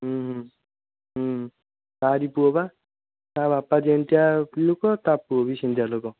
ହୁଁ ହୁଁ ହୁଁ ତାରି ପୁଅ ପା ତା ବାପା ଯେମିତିଆ ଲୋକ ତା ପୁଅ ବି ସେମିତିଆ ଲୋକ